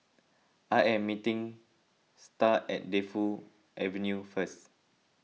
I am meeting Star at Defu Avenue first